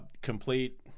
complete